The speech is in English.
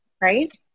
right